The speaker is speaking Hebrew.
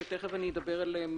שתכף אדבר עליהם,